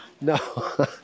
No